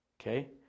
okay